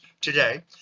today